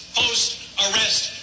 post-arrest